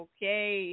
Okay